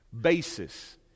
basis